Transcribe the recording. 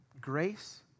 grace